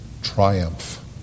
triumph